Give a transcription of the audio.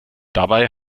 dabei